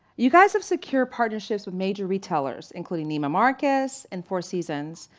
you guys have secured partnerships with major retailers including niemann marcus and four seasons.